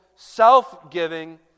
Self-giving